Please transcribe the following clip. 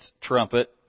trumpet